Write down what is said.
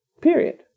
Period